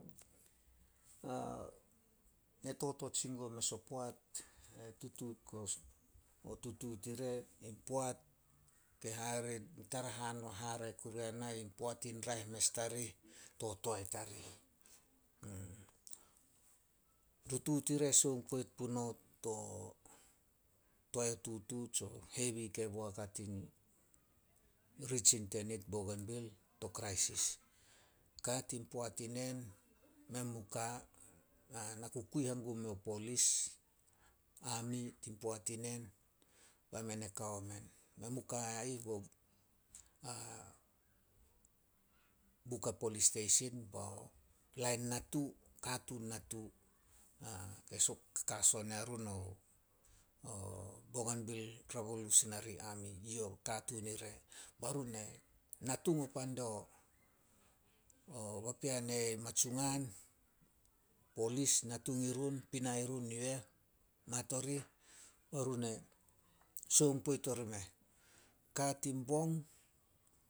Ne totot sin guo mes o poat, ne tutuut guo tutuut ire poat tara hare- hare yana in poat in raeh mes tarih, to toae tarih. Rutuut ire sioung poit puno to, toae o tutu tsio hevi kei boak a tin ritsin tenit Bougenvill to kraisis. Ka tin poat enen, men mu ka. Na ku kui hangum meo polis, ami tin poat inen, bai men e kao men. Men mu ka a ih, Buka Polis Steisin, bao lain natu, katuun natu kakason yarun o- o Bougevill Revolusin Ami, yo katuun ire. Bai run natung o pan dio papean i Matsungan, Polis natung irun, pina irun yu eh, mat orih. Be run e sioung poit orimeh. Ka tin bong